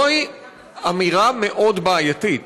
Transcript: זוהי אמירה מאוד בעייתית.